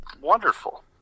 Wonderful